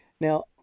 Now